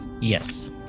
Yes